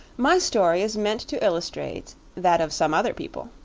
my story is meant to illustrate that of some other people,